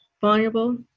vulnerable